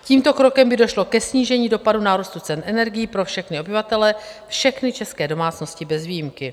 Tímto krokem by došlo ke snížení dopadu nárůstu cen energií pro všechny obyvatele, všechny české domácnosti bez výjimky.